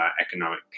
economic